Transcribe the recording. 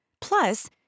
Plus